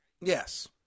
Yes